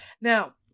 Now